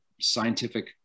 scientific